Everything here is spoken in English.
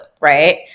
right